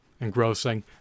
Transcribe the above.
engrossing